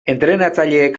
entrenatzaileek